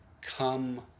come